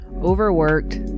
overworked